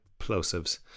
plosives